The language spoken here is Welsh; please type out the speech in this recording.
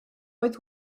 oedd